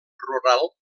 rural